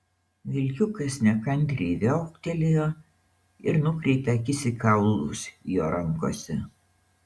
vilkiukas nekantriai viauktelėjo ir nukreipė akis į kaulus jo rankose